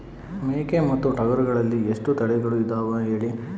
ಮೇಕೆ ಮತ್ತು ಟಗರುಗಳಲ್ಲಿ ಎಷ್ಟು ತಳಿಗಳು ಇದಾವ ಹೇಳಿ?